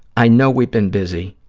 i know we've been busy.